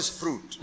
fruit